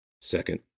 Second